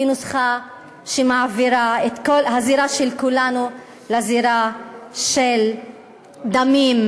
היא נוסחה שמעבירה את כל הזירה של כולנו לזירה של דמים.